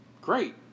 Great